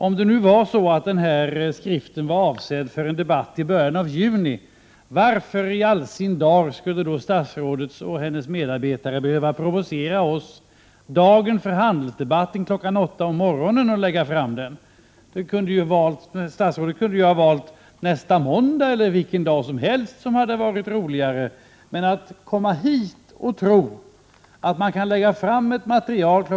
Om nu skriften var avsedd för en debatt i början av juni, varför i all sin dag då provocera oss kl. 08.00 på morgonen just den dag då vi har handelsdebatt? Statsrådet kunde väl ha valt att lägga fram materialet nästa måndag eller vilken annan dag som helst. Att komma hit och tro att det går att lägga fram ett material kl.